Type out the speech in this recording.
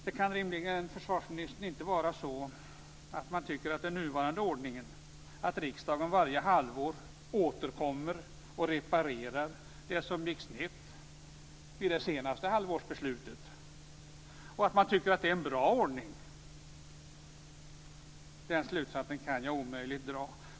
Det kan, försvarsministern, rimligen inte vara så att man tycker att den nuvarande ordningen, att riksdagen varje halvår återkommer och reparerar det som gick snett vid det senaste halvårsbeslutet, är bra. Den slutsatsen kan jag omöjligen dra.